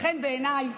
לכן, בעיניי,